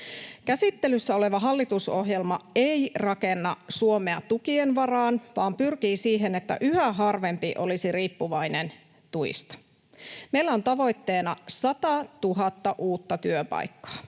Käsittelyssä oleva hallitusohjelma ei rakenna Suomea tukien varaan vaan pyrkii siihen, että yhä harvempi olisi riippuvainen tuista. Meillä on tavoitteena 100 000 uutta työpaikkaa.